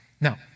Now